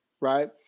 Right